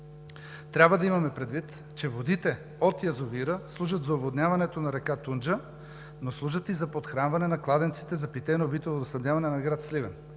трябва да имаме предвид, че водите от язовира служат за оводняването на река Тунджа, но служат и за подхранване на кладенците за питейно-битово водоснабдяване на гр. Сливен.